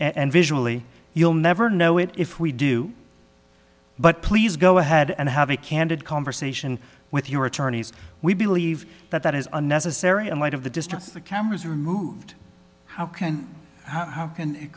and visually you'll never know it if we do but please go ahead and have a candid conversation with your attorneys we believe that that is unnecessary in light of the distance the cameras are moved how can how can